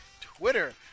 Twitter